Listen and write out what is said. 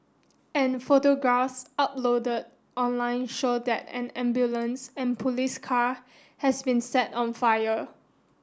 and photographs upload online show that an ambulance and police car has been set on fire